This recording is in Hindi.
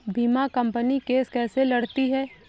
बीमा कंपनी केस कैसे लड़ती है?